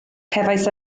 cefais